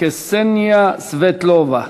קסניה סבטלובה.